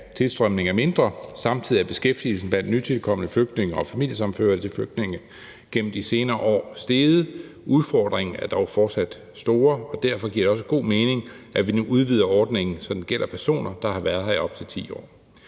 tilstrømningen er mindre, samtidig med at beskæftigelsen blandt nytilkomne flygtninge og familiesammenførte til flygtninge gennem de senere år er steget. Udfordringerne er dog fortsat store, og derfor giver det også god mening, at vi nu udvider ordningen, så den gælder personer, der har været her i op til 10 år.